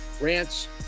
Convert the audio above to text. Rants